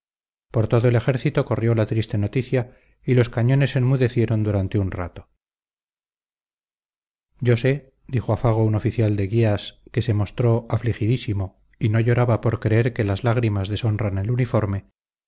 por todo el ejército corrió la triste noticia y los cañones enmudecieron durante un rato yo sé dijo a fago un oficial de guías que se mostró afligidísimo y no lloraba por creer que las lágrimas deshonran el uniforme